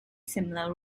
similar